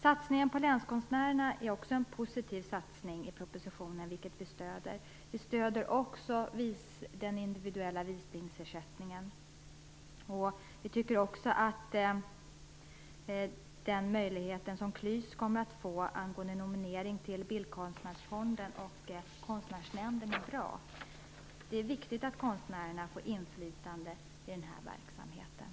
Satsningen på länskonstnärerna är också en positiv satsning i propositionen, vilket vi stöder. Vi stöder den individuella visningsersättningen. Vi tycker också att den möjlighet som KLYS kommer att få angående nominering till Bildkonstnärsfonden och Konstnärsnämnden är bra. Det är viktigt att konstnärerna får inflytande i verksamheten.